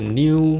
new